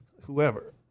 whoever